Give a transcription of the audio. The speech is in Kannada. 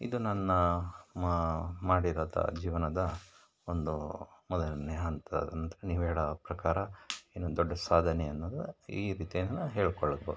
ಇದು ನನ್ನ ಮಾ ಮಾಡಿರೋಂಥ ಜೀವನದ ಒಂದು ಮೊದಲನೇ ಹಂತ ಅಂತ ನೀವು ಹೇಳೋ ಪ್ರಕಾರ ಏನೋ ದೊಡ್ಡ ಸಾಧನೆ ಅನ್ನೋದು ಈ ರೀತಿಯೂ ಹೇಳ್ಕೊಳ್ಬೋದು